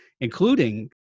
including